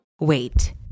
Wait